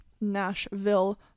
Nashville